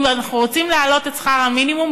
אם אנחנו רוצים להעלות את שכר המינימום,